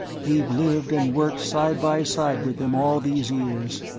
we've lived and worked side by side with them all these years,